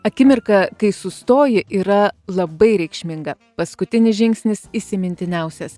akimirka kai sustoji yra labai reikšminga paskutinis žingsnis įsimintiniausias